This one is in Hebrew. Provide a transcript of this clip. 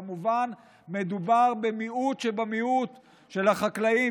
וכמובן מדובר במיעוט שבמיעוט של חקלאים,